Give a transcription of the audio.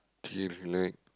chllax tonight